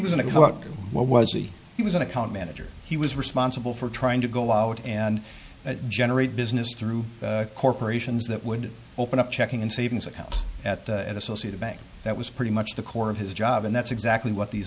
what was he he was an account manager he was responsible for trying to go out and generate business through corporations that would open up checking and savings accounts at associated bank that was pretty much the core of his job and that's exactly what these